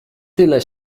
tyle